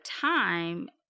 time